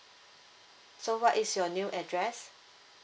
so what is your new address